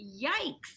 yikes